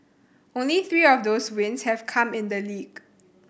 only three of those wins have come in the league